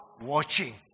watching